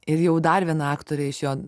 ir jau dar viena aktorė iš jo